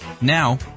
Now